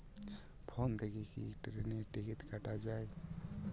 Phone থেকে কি ট্রেনের টিকিট কাটা য়ায়?